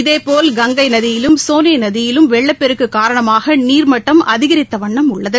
இதேபோல் கங்கை நதியிலும் சோனே நதியிலும் வெள்ளப்பெருக்கு காரணமாக நீர்மட்டம் அதிகரித்தவண்ணம் உள்ளது